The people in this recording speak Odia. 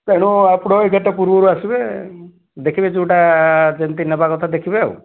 ତେଣୁ ଆପଣ ଏଗାରଟା ପୂର୍ବରୁ ଆସିବେ ଦେଖିବେ ଯେଉଁଟା ଯେମିତି ନେବା କଥା ଦେଖିବେ ଆଉ